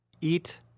Eat